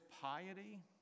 piety